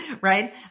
right